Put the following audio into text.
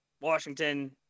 Washington